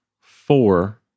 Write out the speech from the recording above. four